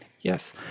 yes